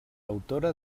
autora